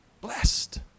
Blessed